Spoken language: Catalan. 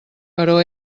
però